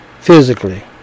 physically